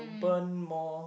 burn more